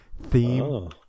theme